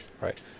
right